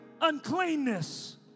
uncleanness